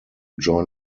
join